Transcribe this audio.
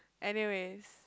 anyways